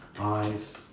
eyes